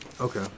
Okay